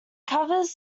covers